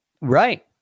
Right